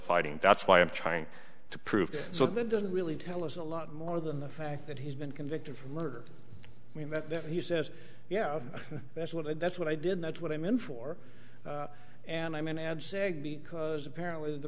fighting that's why i'm trying to prove so that doesn't really tell us a lot more than the fact that he's been convicted for murder i mean that he says yeah that's what i that's what i did that's what i'm in for and i'm in ads apparently the